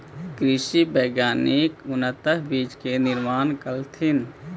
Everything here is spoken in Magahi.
कृषि वैज्ञानिक उन्नत बीज के निर्माण कलथिन